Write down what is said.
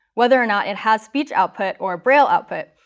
whether or not it has speech output or braille output,